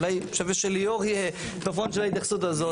אולי שווה שליאור ייתן את ההתייחסות הזאת.